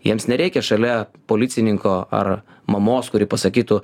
jiems nereikia šalia policininko ar mamos kuri pasakytų